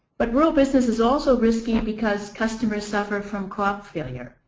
but rural business is also risky because customers suffer from crop failure.